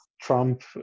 Trump